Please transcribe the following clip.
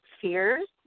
fears